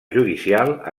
judicial